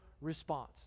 response